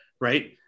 right